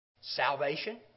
Salvation